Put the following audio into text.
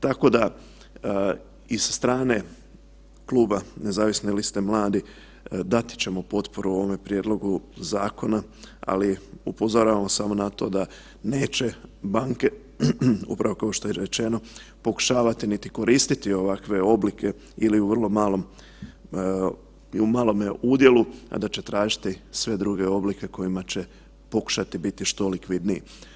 Tako da i sa strane Kluba nezavisne liste mladih dati ćemo potporu ovome prijedlogu zakona, ali upozoravamo samo na to da neće banke, upravo kao što je i rečeno, pokušavati niti koristiti ovakve oblike ili u vrlo malom i u malome udjelu, a da će tražiti sve druge oblike kojima će pokušati biti što likvidniji.